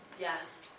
Yes